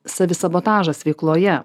savi sabotažas veikloje